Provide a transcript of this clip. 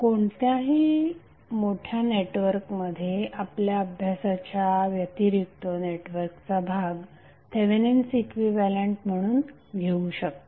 कोणत्याही मोठ्या नेटवर्कमध्ये आपल्या अभ्यासाच्या व्यतिरिक्त नेटवर्कचा भाग थेवेनिन्स इक्विव्हॅलंट म्हणून घेऊ शकता